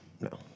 No